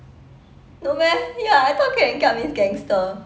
no meh ya I thought keling kia means gangster